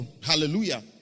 Hallelujah